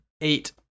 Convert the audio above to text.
eight